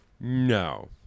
No